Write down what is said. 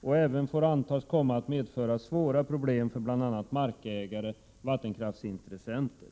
och även får antas komma att medföra svåra problem för bl.a. markägare och vattenkraftsintressenter.